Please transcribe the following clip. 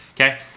Okay